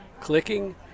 clicking